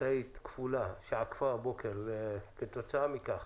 משאית כפולה, שעקפה הבוקר וכתוצאה מכך